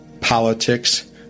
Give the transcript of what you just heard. politics